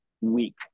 week